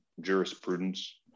jurisprudence